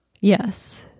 Yes